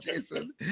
Jason